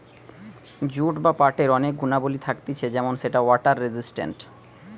jute বা পাটের অনেক গুণাবলী থাকতিছে যেমন সেটা ওয়াটার রেসিস্টেন্ট